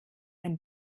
ein